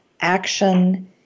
action